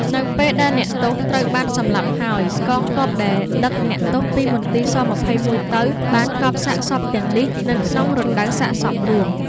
នៅពេលដែលអ្នកទោសត្រូវ បានសម្លាប់ហើយ កងទ័ពដែលដឹកអ្នកទោសពីមន្ទីរស-២១ទៅ បានកប់សាកសពទាំងនេះនៅក្នុងរណ្តៅសាកសពរួម។